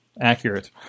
accurate